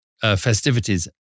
festivities